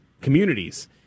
communities